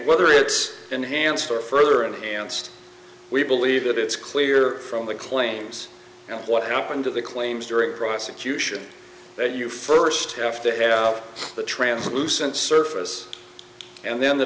whether it's enhanced or further and we believe that it's clear from the claims and what happened to the claims during the prosecution that you first have to have the translucent surface and then the